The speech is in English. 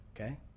Okay